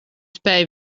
spēj